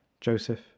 Joseph